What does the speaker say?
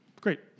Great